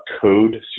code